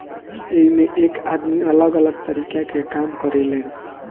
एइमें एक आदमी अलग अलग तरीका के काम करें लेन